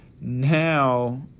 Now